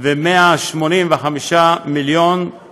ו-185 מיליון הם